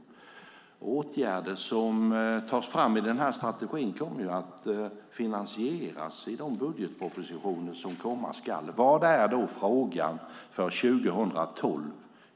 De åtgärder som tas fram i den strategin kommer att finansieras i de budgetpropositioner som kommer. Vad gäller för 2012?